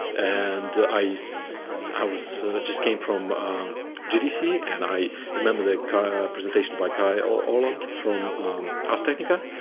and i so i was just came from gdc and i remember the presentation by kyle orland from ars technica,